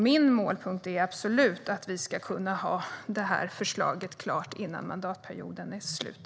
Min målpunkt är absolut att vi ska kunna ha förslaget klart innan mandatperioden är slut.